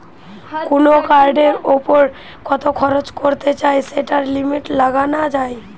কুনো কার্ডের উপর কত খরচ করতে চাই সেটার লিমিট লাগানা যায়